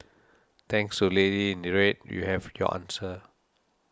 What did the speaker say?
thanks to lady in red you have your answer